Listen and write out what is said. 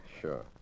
Sure